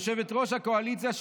יושבת-ראש הקואליציה,